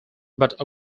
but